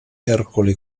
ercole